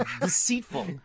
deceitful